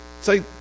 say